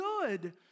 good